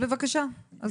בבקשה.